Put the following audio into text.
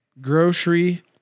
Grocery